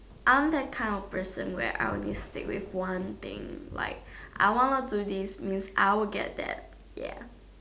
I'm not that kind of person where I will stick to one kind of thing like I wanna to do this I will get that ya